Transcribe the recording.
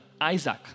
Isaac